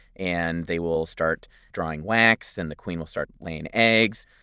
and they will start drawing wax and the queen will start laying eggs.